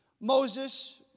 Moses